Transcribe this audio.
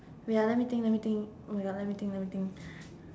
wait ah let me think let me think oh my god let me think let me think